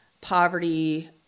poverty